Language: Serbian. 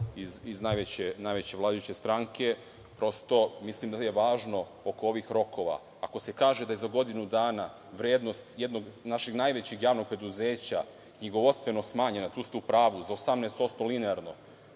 iz najveće vladajuće stranke. Prosto, mislim da je važno oko ovih rokova ako se kaže da je za godinu dana vrednost jednog našeg najvećeg javnog preduzeća knjigovodstveno smanjena, tu ste u pravu za 18% linearno,